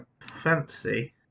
fancy